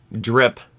drip